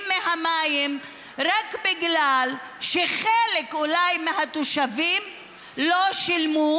מהמים רק בגלל שחלק מהתושבים אולי לא שילמו,